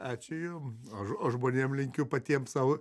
ačiū jum o žmo žmonėm linkiu patiem sau